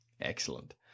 Excellent